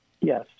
Yes